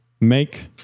Make